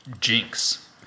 Jinx